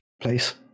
place